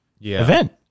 event